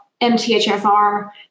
MTHFR